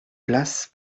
place